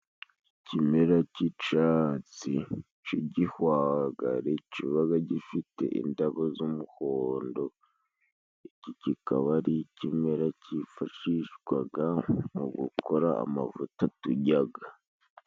Ikimera cy'icatsi c'igihwagari kibaga gifite indabo z'umuhondo, iki kikaba ari ikimera cyifashishwaga mu gukora amavuta turyaga.